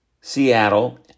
Seattle